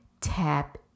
tap